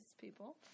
people